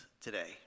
today